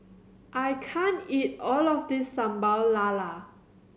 I can't eat all of this Sambal Lala